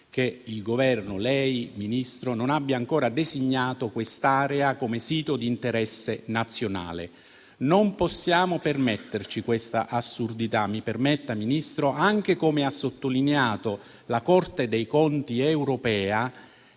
che il Governo - lei, Ministro - non abbia ancora designato quest'area come sito di interesse nazionale. Non possiamo permetterci questa assurdità, signor Ministro, come ha sottolineato anche la Corte dei conti europea,